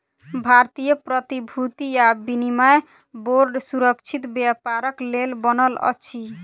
भारतीय प्रतिभूति आ विनिमय बोर्ड सुरक्षित व्यापारक लेल बनल अछि